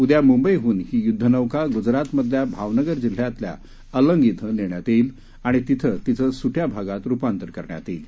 उद्या मुंबईहून ही युद्धनौका गुजरातमधल्या भावनगर जिल्ह्यातल्या अलंग इथं नेण्यात येईल आणि तिथं तिचं सुट्या भागात रुपांतर करण्यात येईल